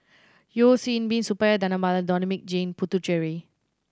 Yeo Hwee Bin Suppiah Dhanabalan and Dominic Jim Puthucheary